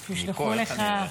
-- אני פה, איך אני אראה?